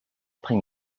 après